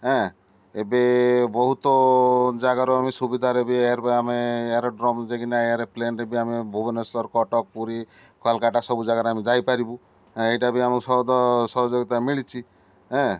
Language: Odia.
ଏଁ ଏବେ ବହୁତ ଜାଗାରୁ ଆମେ ସୁବିଧାରେ ବି ଏ ଆମେ ଏରୋଡ୍ରୋନ୍ ଯାଇକିନା ଏରୋପ୍ଲେନ୍ରେ ବି ଆମେ ଭୁବନେଶ୍ୱର କଟକ ପୁରୀ କୋଲକାତା ସବୁ ଜାଗାରେ ଆମେ ଯାଇପାରିବୁ ଏ ଏଇଟା ବି ଆମକୁ ସଦ ସହଯୋଗିତା ମିଳିଛି ଏଁ